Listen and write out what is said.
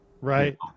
Right